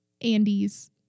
Andy's